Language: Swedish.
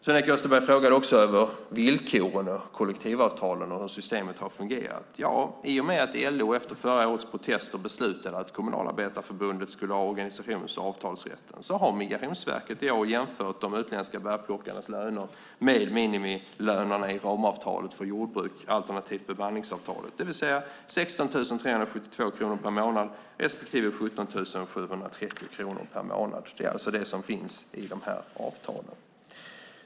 Sven-Erik Österberg frågade också om villkoren, kollektivavtalen och hur systemet har fungerat. Ja, i och med att LO efter förra årets protester beslutade att Kommunalarbetareförbundet skulle ha organisations och avtalsrätten har Migrationsverket och jag jämfört de utländska bärplockarnas löner med minimilönerna i ramavtalet på jordbruks och bemanningsavtalet, det vill säga 16 372 kronor per månad respektive 17 730 kronor per månad. Det är alltså det som finns i de här avtalen.